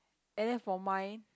and then for mine